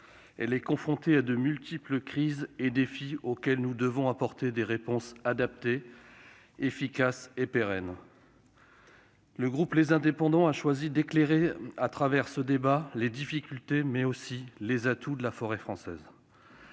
danger, confrontée à de multiples crises et défis auxquels nous devons apporter des réponses adaptées, efficaces et pérennes. Le groupe Les Indépendants a choisi d'éclairer, par ce débat, ses difficultés, mais aussi ses atouts. Monsieur